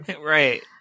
right